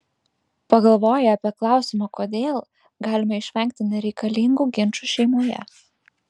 pagalvoję apie klausimą kodėl galime išvengti nereikalingų ginčų šeimoje